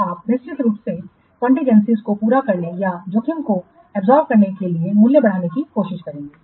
तो आप निश्चित रूप से कॉन्टेजन सी को पूरा करने या जोखिमों को अवशोषित करने के लिए मूल्य बढ़ाने की कोशिश करेंगे